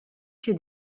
que